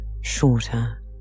shorter